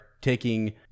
taking